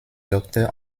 docteur